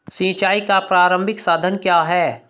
सिंचाई का प्रारंभिक साधन क्या है?